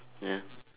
ya